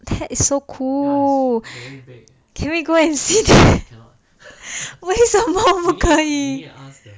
that's so cool can we go and see 为什么不可以